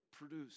produce